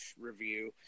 review